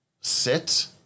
sit